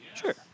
Sure